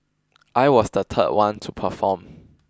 I was the third one to perform